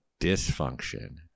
dysfunction